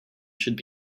should